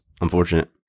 unfortunate